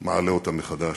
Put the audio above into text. מעלה אותם מחדש.